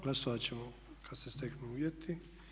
Glasovat ćemo kad se steknu uvjeti.